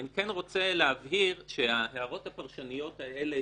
אני כן רוצה להבהיר שההערות הפרשניות האלה,